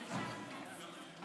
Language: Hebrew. לפיכך,